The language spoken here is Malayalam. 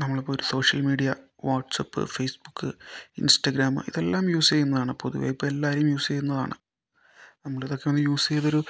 നമ്മളൊരു social media WhatsApp Facebook Instagram ഇതെല്ലം യൂസ് ചെയ്യുന്നതാണ് പൊതുവെ ഇപ്പോൾ എല്ലാവരും യൂസ് ചെയ്യുന്നതാണ് നമ്മളിതൊക്കെ യൂസ് ചെയ്തൊരു